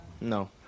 No